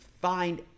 find